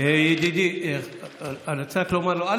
חבר הכנסת קושניר, ידידי, צריך לומר לו, א.